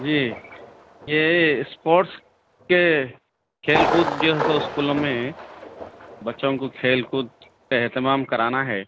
جی یہ اسپوٹس کے کھیل کود جو ہے سو اسکولوں میں بچوں کو کھیل کود کا اہتمام کرانا ہے